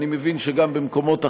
ואני מבין שגם במקומות אחרים,